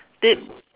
they